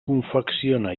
confecciona